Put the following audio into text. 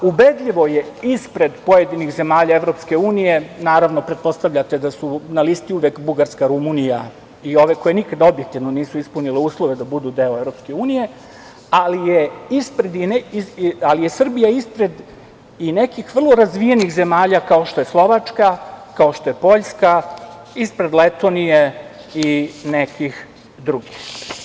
Ubedljivo je ispred pojedinih zemalja EU, naravno pretpostavljate da su na listi uvek Bugarska, Rumunija i ove koje nikada objektivno nisu ispunile uslove da budu deo EU, ali je Srbije ispred i nekih vrlo razvijenih zemalja kao što je Slovačka, kao što je Poljska, ispred Letonije i nekih drugih.